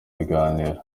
biganiro